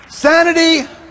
Sanity